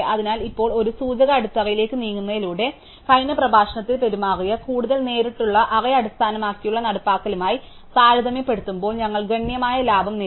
അതിനാൽ ഇപ്പോൾ ഈ സൂചക അടിത്തറയിലേക്ക് നീങ്ങുന്നതിലൂടെ കഴിഞ്ഞ പ്രഭാഷണത്തിൽ പെരുമാറിയ കൂടുതൽ നേരിട്ടുള്ള അറേ അടിസ്ഥാനമാക്കിയുള്ള നടപ്പാക്കലുമായി താരതമ്യപ്പെടുത്തുമ്പോൾ ഞങ്ങൾ ഗണ്യമായ ലാഭം നേടി